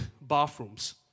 bathrooms